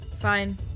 Fine